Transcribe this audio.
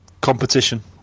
competition